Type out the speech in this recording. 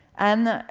and,